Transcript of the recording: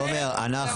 תומר, אנחנו